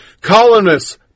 Colonists